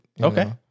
Okay